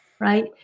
right